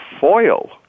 foil